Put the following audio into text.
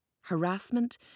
Harassment